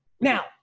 Now